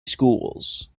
schools